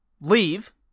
leave